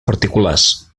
particulars